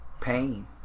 Pain